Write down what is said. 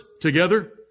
together